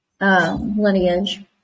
lineage